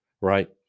right